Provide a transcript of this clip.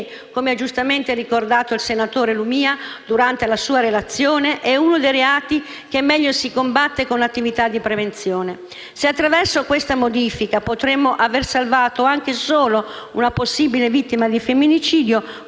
come ha giustamente ricordato il senatore Lumia durante la sua relazione, è uno dei reati che meglio si combatte con attività di prevenzione. Se attraverso questa modifica potremo aver salvato anche solo una possibile vittima di femminicidio,